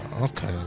okay